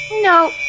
No